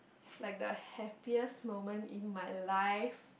like the happiest moment in my life